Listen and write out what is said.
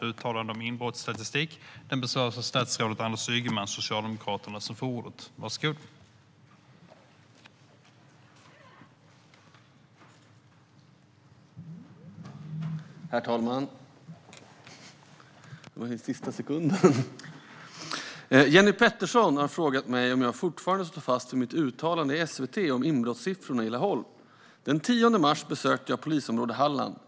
Herr talman! Jenny Petersson har frågat mig om jag fortfarande står fast vid mitt uttalande i SVT om inbrottssiffrorna i Laholm. Den 10 mars besökte jag polisområde Halland.